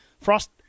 Frost